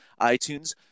iTunes